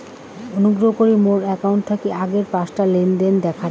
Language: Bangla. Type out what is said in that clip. অনুগ্রহ করি মোর অ্যাকাউন্ট থাকি আগের পাঁচটা লেনদেন দেখান